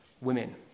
women